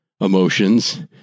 emotions